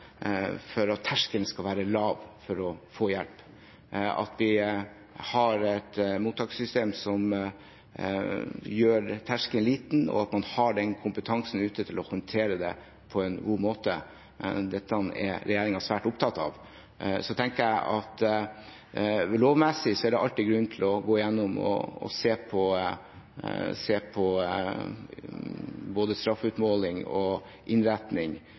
for at terskelen skal være lav for å få hjelp – at vi har et mottakssystem som gjør terskelen lav, og at man har kompetansen ute til å håndtere det på en god måte. Dette er regjeringen svært opptatt av. Så tenker jeg at lovmessig er det alltid grunn til å gå igjennom og se på både straffeutmåling og innretning.